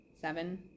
seven